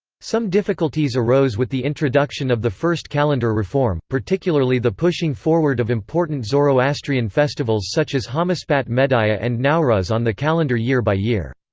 some difficulties arose with the introduction of the first calendar reform, particularly the pushing forward of important zoroastrian festivals such as hamaspat-maedaya and nowruz on the calendar year by year.